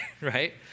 right